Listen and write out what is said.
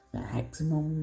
maximum